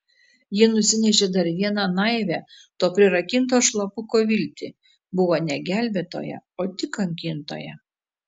ji nusinešė dar vieną naivią to prirakinto šlapuko viltį buvo ne gelbėtoja o tik kankintoja